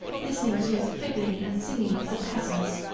listening to the fiddling and singing of the peasants,